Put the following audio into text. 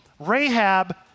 Rahab